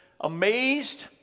amazed